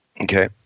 Okay